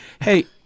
Hey